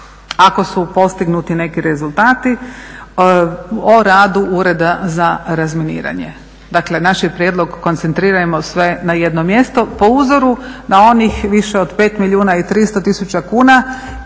ako su postignuti neki rezultati o radu Ureda za razminiranje. Dakle naš je prijedlog koncentrirajmo sve na jedno mjesto po uzoru na onih više od 5 milijuna i 300 tisuća kuna